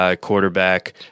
quarterback –